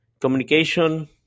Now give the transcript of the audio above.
communication